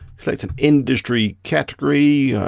select and industry category.